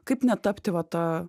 kaip netapti va ta